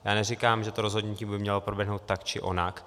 Já neříkám, že to rozhodnutí by mělo proběhnout tak, či onak.